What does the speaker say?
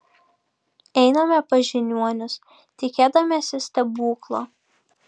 einame pas žiniuonius tikėdamiesi stebuklo